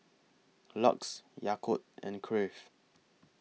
LUX Yakult and Crave